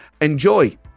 enjoy